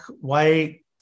white